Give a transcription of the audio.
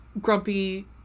grumpy